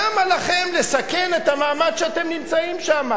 למה לכם לסכן את המעמד שאתם נמצאים בו?